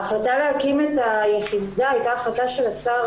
ההחלטה להקים את היחידה הייתה החלטה של השר